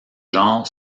genre